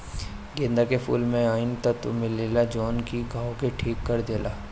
गेंदा के फूल में अइसन तत्व मिलेला जवन की घाव के ठीक कर देला